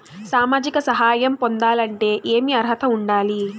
సామాజిక సహాయం పొందాలంటే ఏమి అర్హత ఉండాలి?